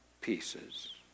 pieces